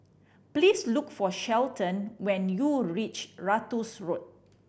please look for Shelton when you reach Ratus Road